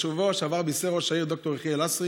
בשבוע שעבר בישר ראש העיר ד"ר יחיאל לסרי